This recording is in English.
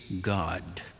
God